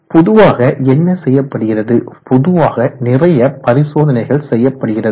பொதுவாக என்ன செய்யப்படுகிறது பொதுவாக நிறைய பரிசோதனைகள் செய்யப்படுகிறது